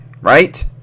right